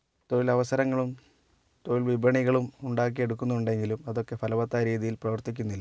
തൊഴിൽ അവസരങ്ങളും തൊഴിൽ വിപണികളും ഉണ്ടാക്കി എടുക്കുന്നുണ്ടെങ്കിലും അതൊക്കെ ഫലവത്തായ രീതിയിൽ പ്രവർത്തിക്കുന്നില്ല